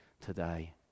today